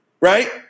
Right